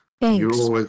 Thanks